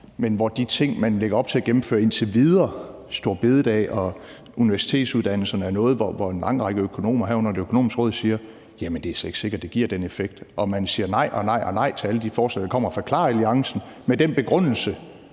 men hvor de ting, man indtil videre har lagt op til at gennemføre, som store bededag og universitetsuddannelserne, er noget, hvor en lang række økonomer, herunder Det Økonomiske Råd, siger, at det slet ikke er sikkert, at det giver den effekt, og man siger nej og nej til alle de forslag, der kommer fra KLAR-alliancen med den begrundelse,